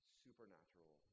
supernatural